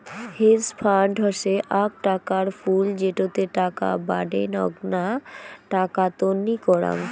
hedge fund হসে আক টাকার পুল যেটোতে টাকা বাডেনগ্না টাকা তন্নি করাং